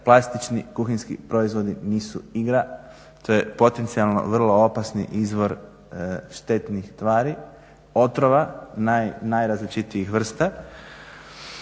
plastični kuhinjski proizvodi nisu igra, to je potencijalno vrlo opasni izvor štetnih tvari, otrova, najrazličitijih vrsta,